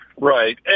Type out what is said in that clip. Right